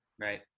Right